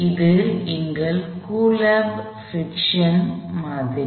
இது எங்கள் Coulomb friction மாதிரி